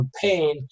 campaign